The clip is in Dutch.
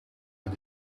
met